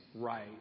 right